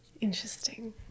interesting